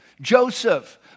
Joseph